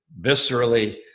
viscerally